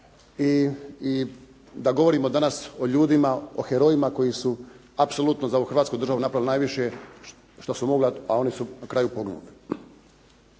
i da govorimo danas o ljudima, o herojima koji su apsolutno za ovu Hrvatsku državu napravili najviše što su mogli, a oni su na kraju poginuli.